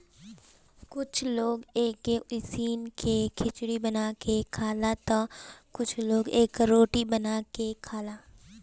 कुछ लोग एके उसिन के खिचड़ी बना के खाला तअ कुछ लोग एकर रोटी बना के खाएला